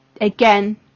again